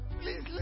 please